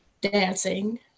dancing